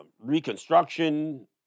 reconstruction